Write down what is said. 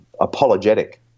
apologetic